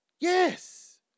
Yes